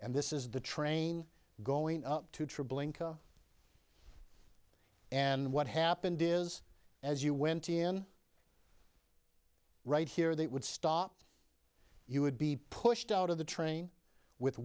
and this is the train going to treblinka and what happened is as you went in right here they would stop you would be pushed out of the train with